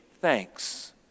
thanks